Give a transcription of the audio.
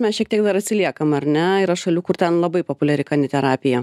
mes šiek tiek dar atsiliekam ar ne yra šalių kur ten labai populiari kaniterapija